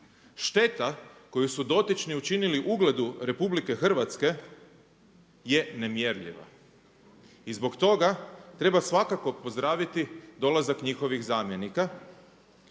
Šteta koju su dotični učinili ugledu RH je nemjerljiva. I zbog toga treba svakako pozdraviti dolazak njihovih zamjenika,